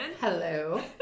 Hello